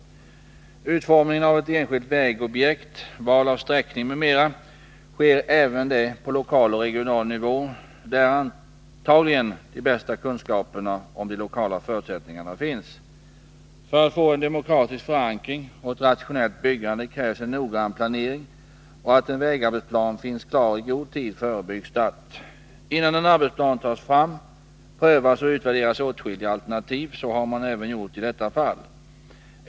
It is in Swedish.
Utformningen av ett enskilt vägobjekt, val av sträckning m.m., sker även det på lokal och regional nivå, där antagligen de bästa kunskaperna om de lokala förutsättningarna finns. För att få en demokratisk förankring och ett rationellt byggande krävs en noggrann planering och att en vägarbetsplan finns klar i god tid före byggstart. Innan en arbetsplan tas fram prövas och utvärderas åtskilliga alternativ — så har man gjort även i detta fall.